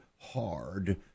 hard